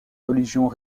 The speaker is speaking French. religions